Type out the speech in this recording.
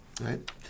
right